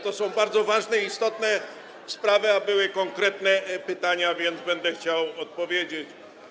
To są bardzo ważne, istotne sprawy, a były konkretne pytania, więc będę chciał na nie odpowiedzieć.